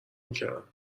میکردم